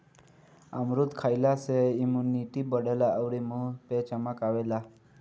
अमरूद खइला से इमुनिटी बढ़ेला अउरी मुंहे पे चमक आवेला